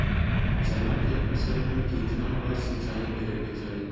चना के फसल में कितना बार सिंचाई करें के चाहि?